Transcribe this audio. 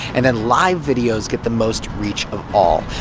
and then, live videos get the most reach of all.